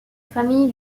famille